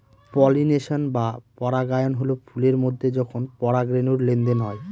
pollination বা পরাগায়ন হল ফুলের মধ্যে যখন পরাগরেনুর লেনদেন হয়